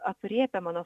aprėpia mano